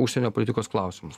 užsienio politikos klausimus